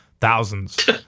thousands